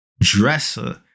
dresser